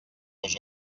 nos